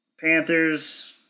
Panthers